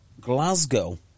Glasgow